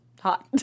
hot